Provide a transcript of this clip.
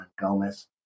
Gomez